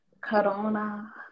corona